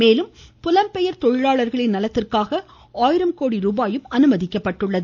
மேலும் புலம் பெயர் தொழிலாளர்களின் நலத்திற்காக ஆயிரம் கோடி ரூபாயும் அனுமதிக்கப்பட்டுள்ளது